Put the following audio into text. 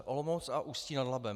Olomouc a Ústí nad Labem.